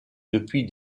depuis